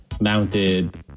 mounted